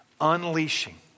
unleashing